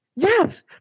yes